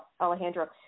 Alejandro